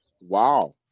Wow